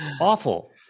awful